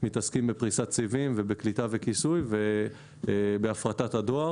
מתעסקים בפריסת סיבים ובקליטה וכיסוי ובהפרטת הדואר.